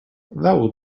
will